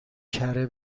کره